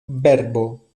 verbo